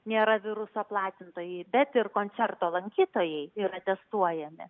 nėra viruso platintojai bet ir koncerto lankytojai yra testuojami